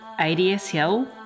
ADSL